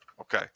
Okay